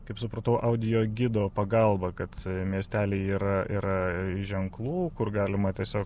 kaip supratau audiogido pagalba kad miestely yra yra ženklų kur galima tiesiog